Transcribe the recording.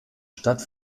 stadt